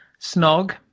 Snog